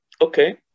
okay